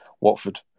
Watford